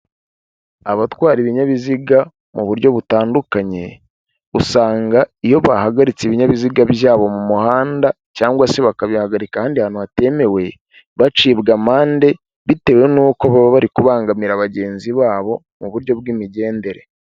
Abatwara ibinyabiziga mu buryo butandukanye usanga iyo bahagaritse ibinyabiziga byabo mu muhanda cgangwa se bakabihagarika ahandi ahantu hatemewe bacibwa amande bitewe n'uko baba bari kubangamira bagenzi babo mu buryo bw'imigendere.